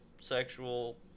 sexual